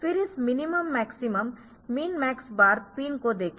फिर इस minimum maximum min max bar pin को देखें